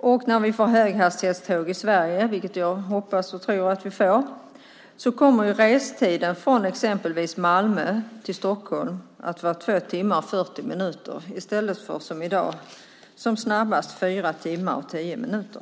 Och när vi får höghastighetståg i Sverige, vilket jag hoppas och tror att vi får, kommer restiden från exempelvis Malmö till Stockholm att vara 2 timmar och 40 minuter i stället för som i dag 4 timmar och 10 minuter som snabbast.